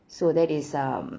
so that is um